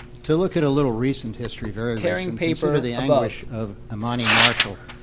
to look at a little recent history, very recent, consider the anguish of amani marshall.